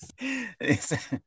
Yes